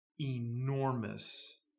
enormous